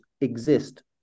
exist